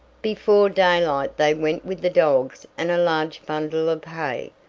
before daylight they went with the dogs and a large bundle of hay,